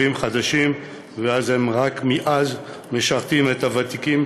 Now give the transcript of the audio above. חדשים ומאז הן רק משרתות את הוותיקים,